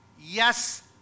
Yes